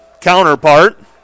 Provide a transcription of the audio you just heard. counterpart